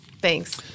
Thanks